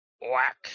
Whack